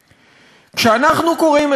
כשאנחנו קוראים את הרשימה הזאת